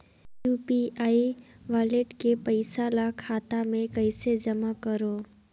UPI wallet के पईसा ल खाता मे कइसे जमा करव?